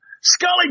Scully